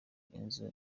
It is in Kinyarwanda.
inzu